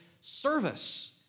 service